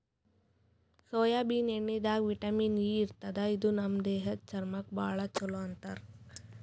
soybean ಎಣ್ಣಿದಾಗ್ vitamin E ಇರ್ತದ್ ಇದು ನಮ್ ದೇಹದ್ದ್ ಚರ್ಮಕ್ಕಾ ಭಾಳ್ ಛಲೋ ಅಂತಾರ್